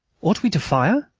ought we to fire?